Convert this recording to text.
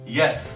yes